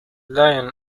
lion